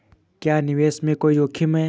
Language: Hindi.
क्या निवेश में कोई जोखिम है?